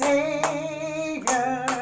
Savior